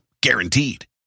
guaranteed